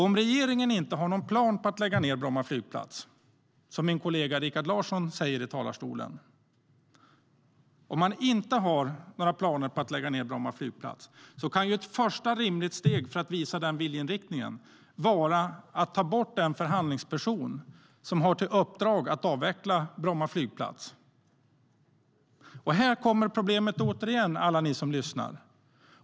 Om regeringen inte har någon plan på att lägga ned Bromma flygplats, som min kollega Rikard Larsson säger i talarstolen, kan ett första rimligt steg för att visa den viljeinriktningen vara att ta bort den förhandlingsperson som har till uppdrag att avveckla Bromma flygplats. Här kommer problemet återigen, alla ni som lyssnar.